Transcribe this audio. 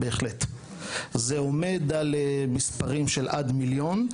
זה עומד על מספרים של עד מיליון,